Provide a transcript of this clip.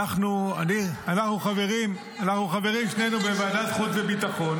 אנחנו שנינו חברים בוועדת החוץ והביטחון